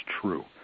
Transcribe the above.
true